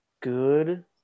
good